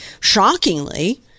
shockingly